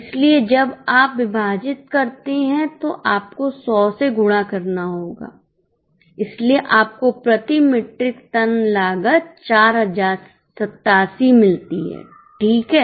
इसलिए जब आप विभाजित करते हैं तो आपको 100 से गुणा करना होगा इसलिए आपको प्रति मीट्रिक टन लागत 4087 मिलती है ठीक है